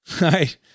right